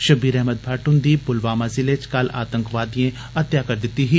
शबीर अहमद भट्ट हुन्दी पुलवामा जिले च कल आतंकवादिए हतेया करी दिती ही